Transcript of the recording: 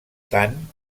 tant